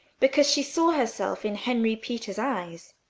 because she saw herself in henry peters' eyes.